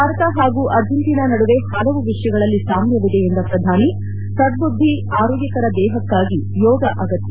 ಭಾರತ ಹಾಗೂ ಅರ್ಜೆಂಟೀನಾ ನಡುವೆ ಹಲವು ವಿಷಯಗಳಲ್ಲಿ ಸಾಮ್ಯವಿದೆ ಎಂದ ಪ್ರಧಾನಿ ಸದ್ಬುದ್ದಿ ಆರೋಗ್ಯಕರ ದೇಹಕ್ನಾಗಿ ಯೋಗ ಅಗತ್ಯ